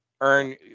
earn